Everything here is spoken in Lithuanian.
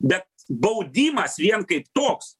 bet baudimas vien kaip toks